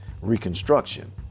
Reconstruction